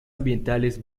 ambientales